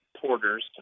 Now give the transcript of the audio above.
porters